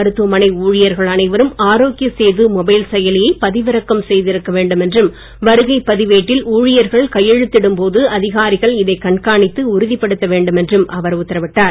மருத்துவமனை ஊழியர்கள் அனைவரும் ஆரோக்கிய சேது மொபைல் செயலியை பதிவிறக்கம் செய்து இருக்க வேண்டும் என்றும் வருகைப் பதிவேட்டில் ஊழியர்கள் கையெழுத்து இடும் போது அதிகாரிகள் இதை கண்காணித்து உறுதிப் படுத்த வேண்டும் என்றும் அவர் உத்தரவிட்டார்